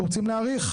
רוצים להעריך?